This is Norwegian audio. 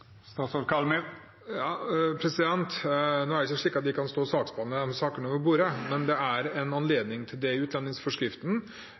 Nå er det ikke slik at jeg kan stå og saksbehandle disse sakene over bordet. Men det er en